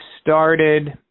started